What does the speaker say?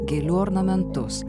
gėlių ornamentus